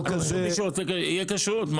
מי שרוצה יהיה כשרות.